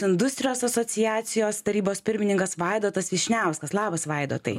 industrijos asociacijos tarybos pirmininkas vaidotas vyšniauskas labas vaidotai